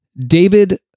David